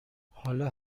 حالا